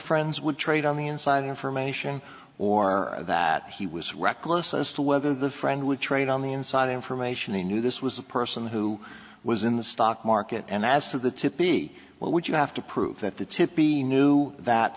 friends would trade on the inside information or that he was reckless as to whether the friend would trade on the inside information he knew this was a person who was in the stock market and as to the tippy well would you have to prove that the tippy knew that